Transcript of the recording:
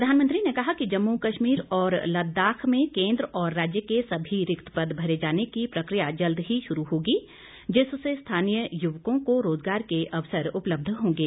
प्रधानमंत्री ने कहा कि जम्मू कश्मीर और लद्दाख में केन्द्र और राज्य के सभी रिक्त पद भरे जाने की प्रक्रिया जल्द ही शुरू होगी जिससे स्थानीय युवकों को रोजगार के अवसर उपलब्ध होंगे